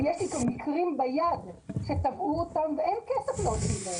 ויש מקרים ביד שתבעו אותם ואין כסף להוציא.